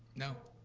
no,